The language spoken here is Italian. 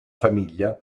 famiglia